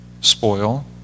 spoil